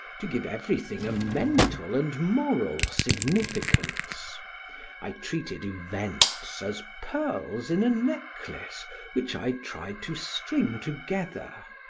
to give everything a mental and moral significance i treated events as pearls in a necklace which i tried to string together.